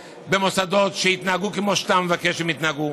למוסדות שיתנהגו כמו שאתה מבקש שהם יתנהגו.